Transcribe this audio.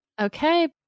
Okay